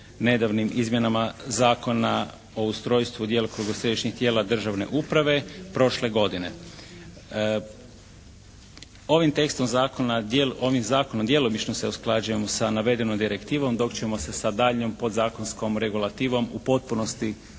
nedavnim izmjenama Zakona o ustrojstvu i djelokrugu središnjih tijela državne uprave prošle godine. Ovim tekstom zakona, ovim zakonom djelomično se usklađujemo sa navedenom direktivom dok ćemo se sa daljnjom podzakonskom regulativom u potpunosti